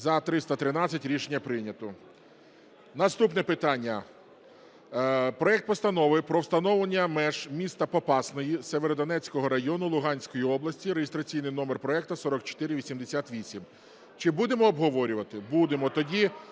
За-313 Наступне питання – проект Постанови про встановлення меж міста Попасної Сєвєродонецького району Луганської області (реєстраційний номер проекту 4488). Чи будемо обговорювати? Будемо. Тоді